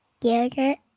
Yogurt